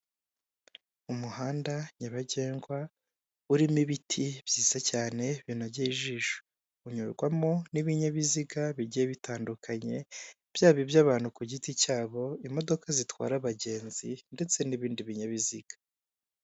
Umuhanda nyabagendwa urimo ibiti byiza cyane binogeye ijisho, unyurwamo n'ibinyabiziga bigiye bitandukanye, byaba iby'abantu ku giti cyabo, imodoka zitwara abagenzi ndetse n'ibindi binyabiziga.